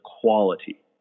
quality